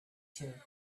two